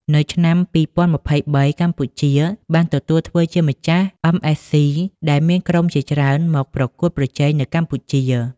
នៅឆ្នាំ២០២៣ កម្ពុជាបានទទួលធ្វើជាម្ចាស់អឹមអេសស៊ី ដែលមានក្រុមជាច្រើនមកប្រកួតប្រជែងនៅកម្ពុជា។